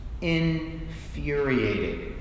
Infuriating